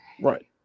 right